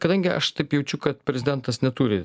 kadangi aš taip jaučiu kad prezidentas neturi